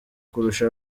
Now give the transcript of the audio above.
kurusha